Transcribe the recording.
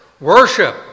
Worship